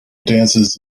dances